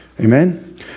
Amen